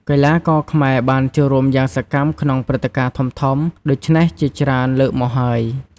កីឡាករខ្មែរបានចូលរួមយ៉ាងសកម្មក្នុងព្រឹត្តិការណ៍ធំៗដូច្នេះជាច្រើនលើកមកហើយ។